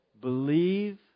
Believe